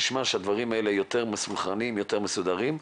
שנשמע שהדברים יותר מסודרים ומסונכרנים.